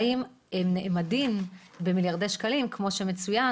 והאם הם נאמדים במיליארדי שקלים כמו שמצוין,